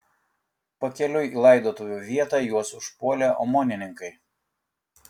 pakeliui į laidotuvių vietą juos užpuolė omonininkai